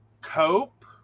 cope